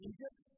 Egypt